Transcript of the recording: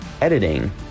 editing